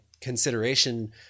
consideration